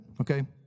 Okay